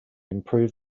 improve